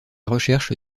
recherche